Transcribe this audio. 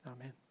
Amen